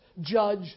judge